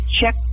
check